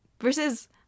Versus